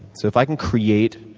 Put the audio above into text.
so if i can create